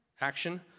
action